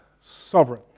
sovereign